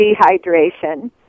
dehydration